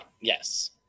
yes